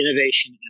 Innovation